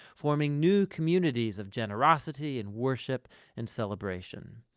forming new communities of generosity and worship and celebration,